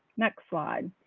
next slide.